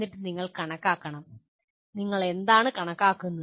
എന്നിട്ട് നിങ്ങൾ കണക്കാക്കണം നിങ്ങൾ എന്താണ് കണക്കാക്കുന്നത്